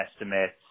estimates